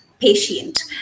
patient